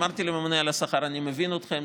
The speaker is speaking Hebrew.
אמרתי לממונה על השכר: אני מבין אתכם,